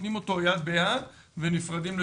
נותנים אותו יד ביד ונפרדים לשלום.